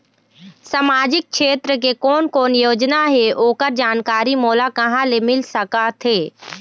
सामाजिक क्षेत्र के कोन कोन योजना हे ओकर जानकारी मोला कहा ले मिल सका थे?